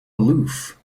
aloof